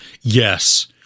Yes